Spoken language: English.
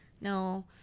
No